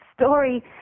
story